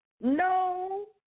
No